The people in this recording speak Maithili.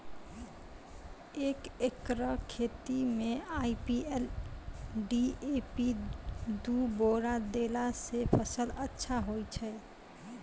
एक एकरऽ खेती मे आई.पी.एल डी.ए.पी दु बोरा देला से फ़सल अच्छा होय छै?